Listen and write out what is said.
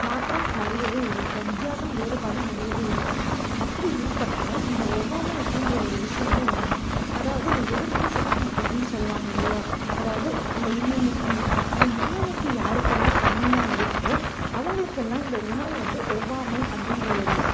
மாற்றம் நிறையவே இருக்கும் வித்தியாசம் வேறுபாடு நிறையவே இருக்கும் அப்படி இருக்கறப்ப இந்த ஒவ்வாமை அப்படின்ற ஒரு விஷயமும் ஒன்று அதாவது இந்த எதிர்ப்பு சத்தி அப்படின்னு சொல்வாங்க இல்லையா அதாவது இந்த இம்யூனிட்டி இந்த இம்யூனிட்டி யாருக்கெல்லாம் கம்மியாக இருக்கோ அவங்களுக்கெல்லாம் இந்த உணவு வந்து ஒவ்வாமை அப்படின்ற ஒரு